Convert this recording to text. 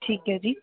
ਠੀਕ ਹੈ ਜੀ